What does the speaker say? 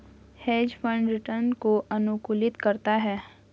hedge fund return को अनुकूलित करता है